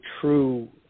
true